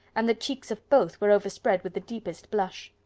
and the cheeks of both were overspread with the deepest blush.